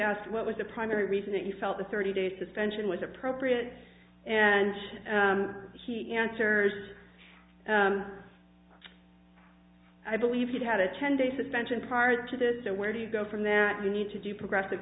asked what was the primary reason that you felt the thirty day suspension was appropriate and he answers i believe you had a ten day suspension prior to this so where do you go from that you need to do progressive